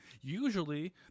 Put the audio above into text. Usually